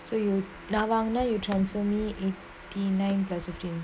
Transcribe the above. so you நா வாங்குனா:na vaangunaa you transfer me eighty nine plus fifteen